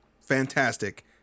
fantastic